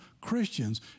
Christians